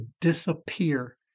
disappear